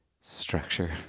structure